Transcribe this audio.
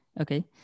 Okay